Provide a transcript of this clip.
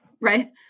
Right